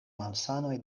malsanoj